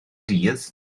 dydd